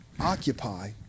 Occupy